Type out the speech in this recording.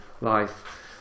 life